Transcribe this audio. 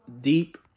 deep